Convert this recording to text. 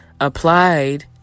applied